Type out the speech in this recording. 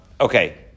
Okay